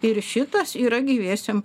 ir šitas yra gyviesiem